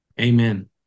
Amen